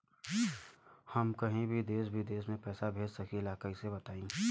हम कहीं भी देश विदेश में पैसा भेज सकीला कईसे बताई?